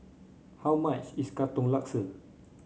how much is Katong Laksa